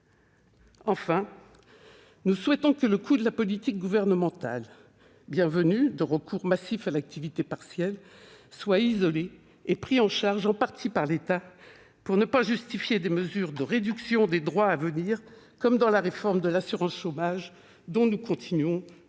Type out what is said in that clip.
Enfin, nous souhaitons que le coût de la politique gouvernementale de recours massif à l'activité partielle, politique bienvenue, soit isolé et pris en charge en partie par l'État, pour ne pas justifier à l'avenir des mesures de réductions des droits, comme dans la réforme de l'assurance chômage dont nous continuons